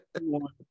one